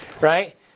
right